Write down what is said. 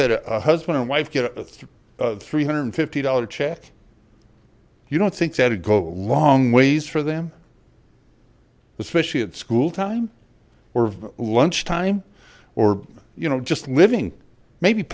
that a husband and wife get a three hundred and fifty dollar check you don't think that'd go long ways for them especially at school time or lunch time or you know just living maybe